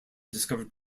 discovered